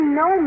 no